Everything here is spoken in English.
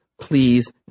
please